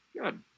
Good